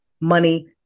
money